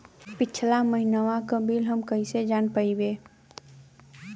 पिछला महिनवा क बिल हम कईसे जान पाइब?